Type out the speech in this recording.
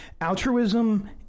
Altruism